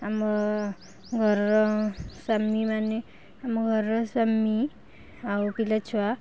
ଆମ ଘରର ସ୍ୱାମୀମାନେ ଆମ ଘରର ସ୍ୱାମୀ ଆଉ ପିଲାଛୁଆ